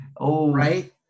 right